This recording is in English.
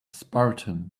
spartan